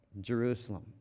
Jerusalem